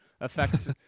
affects